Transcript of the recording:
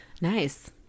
Nice